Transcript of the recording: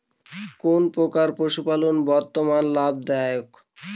কোন প্রকার পশুপালন বর্তমান লাভ দায়ক?